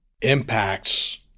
impacts